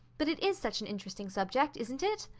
but it is such an interesting subject, isn't it?